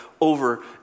over